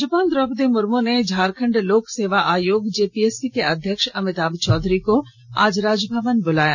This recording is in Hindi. राज्यपाल द्रौपदी मुर्मू ने झारखंड लोक सेवा आयोग जेपीएससी के अध्यक्ष अमिताभ चौधरी को आज राज भवन बुलाया